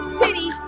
city